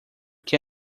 que